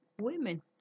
women